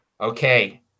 Okay